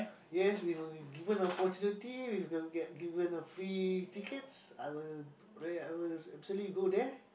yes we were given opportunity we got get given a free tickets I will rare I will absolutely go there